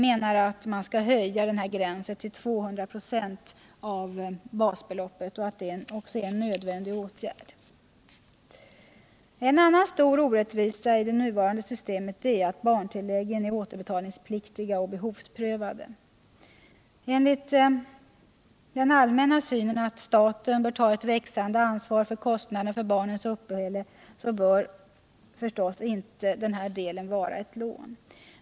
En höjning av gränsen till 200 26 av basbeloppet är här nödvändig. En annan stor orättvisa i det nuvarande systemet är'att barntilläggen är återbetalningspliktiga och behovsprövade. Enligt den allmänna synen att staten bör ta ett växande ansvar för kostnaden för barnens uppehälle bör givetvis inte denna del vara ett lån.